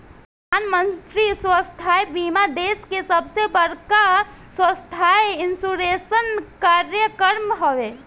प्रधानमंत्री स्वास्थ्य बीमा देश के सबसे बड़का स्वास्थ्य इंश्योरेंस कार्यक्रम हवे